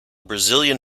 brazilian